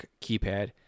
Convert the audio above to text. keypad